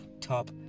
top